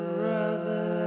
brother